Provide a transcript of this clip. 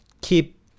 keep